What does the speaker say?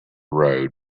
road